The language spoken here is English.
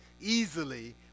easily